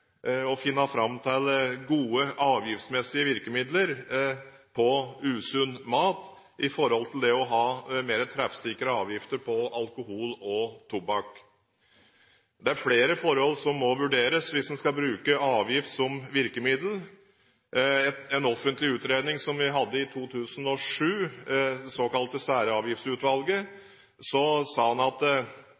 å finne fram til gode avgiftsmessige virkemidler på usunn mat i forhold til det å ha mer treffsikre avgifter på alkohol og tobakk. Det er flere forhold som må vurderes hvis en skal bruke avgift som virkemiddel. I en offentlig utredning som vi behandlet i 2007, det såkalte Særavgiftsutvalget, sa man at